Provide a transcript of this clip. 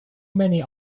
many